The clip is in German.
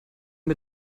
mit